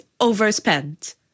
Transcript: overspent